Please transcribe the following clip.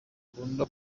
bakunda